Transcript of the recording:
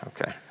okay